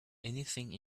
anything